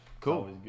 Cool